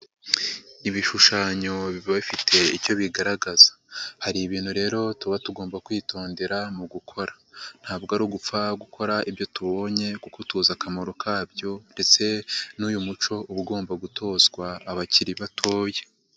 Ibishushanyo biba bifite icyo bigaragaza, hari ibintu rero tuba tugomba kwitondera mu gukora, ntabwo ari ugupfa gukora ibyo tubonye kuko tuzi akamaro kabyo ndetse n'uyu muco uba ugomba gutozwa abakiri batoya.